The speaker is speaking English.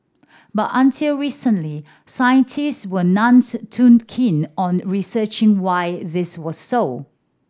but until recently scientists were none too keen on researching why this was so